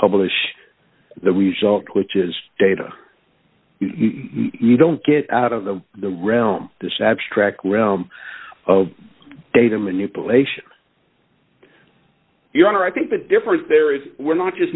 publish the result which is data you don't get out of the the realm this abstract realm of data manipulation your honor i think the difference there is we're not just